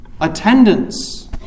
Attendance